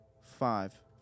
five